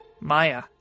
Maya